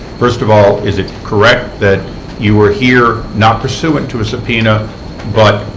first of all, is it correct that you are here not pursuant to a subpoena but,